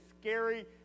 scary